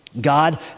God